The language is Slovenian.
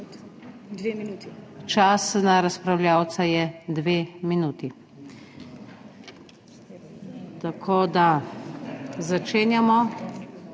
čas na razpravljavca je dve minuti. Tako da začenjamo.